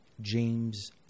James